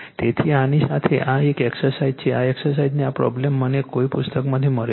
તેથી આની સાથે આ એક એક્સરસાઇઝ છે આ એક્સરસાઇઝનો આ પ્રોબ્લેમ મને કોઈ પુસ્તકમાંથી મળેલ છે